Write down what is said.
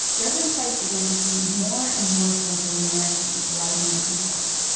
reverend fife began to see more and more central americans arriving in tucson.